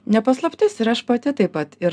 ne paslaptis ir aš pati taip pat ir